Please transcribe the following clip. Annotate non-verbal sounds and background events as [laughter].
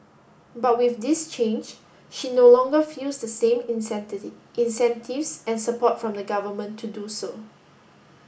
but with this change she no longer feels the same [unintelligible] incentives and support from the government to do so